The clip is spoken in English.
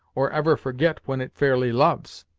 or ever forget when it fairly loves.